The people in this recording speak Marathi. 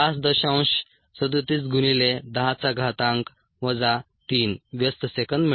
37 गुणिले 10 चा घातांक वजा 3 व्यस्त सेकंद मिळेल